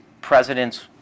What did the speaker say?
presidents